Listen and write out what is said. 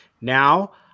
Now